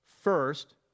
First